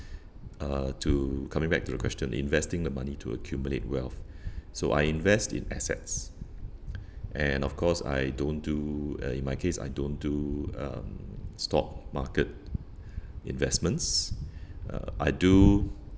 uh to coming back to the question investing the money to accumulate wealth so I invest in assets and of course I don't do uh in my case I don't do um stock market investments uh I do